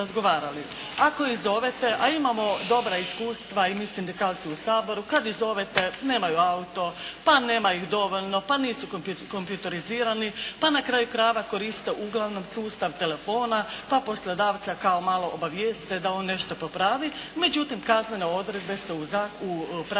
Ako ih zovete a imamo dobra iskustva i mi sindikalci u Saboru, kad ih zovete nemaju auto, pa nema ih dovoljno, pa nisu kompjutorizirani. Pa na kraju krajeva koriste uglavnom sustav telefona pa poslodavca kao malo obavijeste da on nešto popravi međutim kaznene odredbe se u praksi